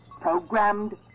programmed